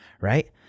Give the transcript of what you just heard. right